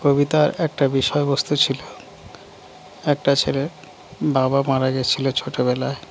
কবিতার একটা বিষয়বস্তু ছিল একটা ছেলের বাবা মারা গেছিল ছোটোবেলায়